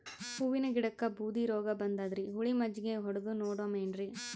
ಹೂವಿನ ಗಿಡಕ್ಕ ಬೂದಿ ರೋಗಬಂದದರಿ, ಹುಳಿ ಮಜ್ಜಗಿ ಹೊಡದು ನೋಡಮ ಏನ್ರೀ?